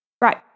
Right